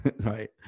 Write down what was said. right